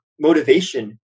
motivation